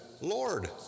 Lord